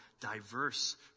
diverse